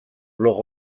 blog